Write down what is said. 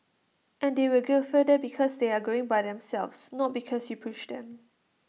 and they will go further because they are going by themselves not because you pushed them